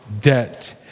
debt